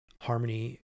harmony